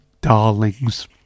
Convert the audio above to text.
darlings